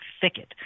thicket